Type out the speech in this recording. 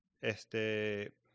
Este